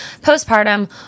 postpartum